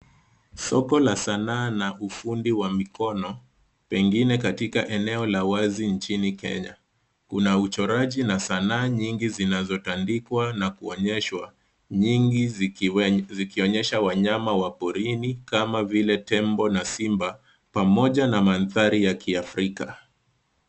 Soko la sanaa na ufundi wa mikono, pengine katika eneo la wazi nchini kenya. Kuna uchoraji na sanaa nyingi zinazotandikwa na kuonyeshwa, nyingi zikionyesha wanyama wa porini kama vile tembo na simba pamoja na mandhari ya kiafrika.